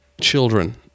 children